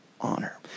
honor